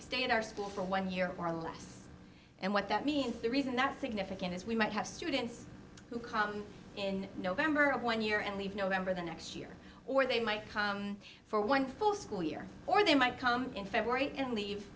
stay in our school for one year or less and what that means the reason that's significant is we might have students who come in november of one year and leave november the next year or they might come for one full school year or they might come in february and leave